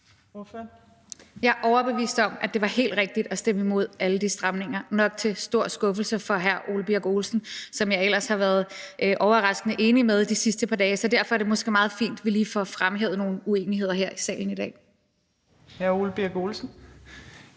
Jeg er overbevist om, at det var helt rigtigt at stemme imod alle de stramninger, nok til stor skuffelse for hr. Ole Birk Olesen, som jeg ellers har været overraskende enig med de sidste par dage; så derfor er det måske meget fint, at vi lige får fremhævet nogle uenigheder her i salen i dag. Kl. 12:54 Fjerde